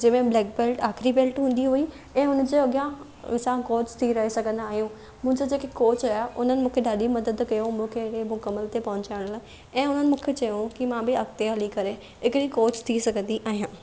जंहिं मे black belt आख़िरी बेल्ट हूंदी हुई ऐं हुनजे अॻियां असां कोच थी रही सघंदा आहियूं मुंहिंजो जेके कोच हुआ उन्हनि मूंखे ॾाढी मदद कयूं ॿियो कंहिं कंहिं मुकमल ते पहुचण लाइ ऐं हुननि मूंखे चयऊं कि मां बि अॻिते हली करे हिकिड़ी कोच थी सघंदी आहियां